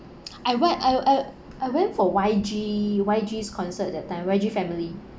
I went I I I went for Y_G Y_G's concert at that time Y_G family